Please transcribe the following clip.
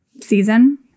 season